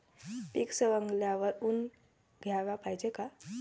पीक सवंगल्यावर ऊन द्याले पायजे का?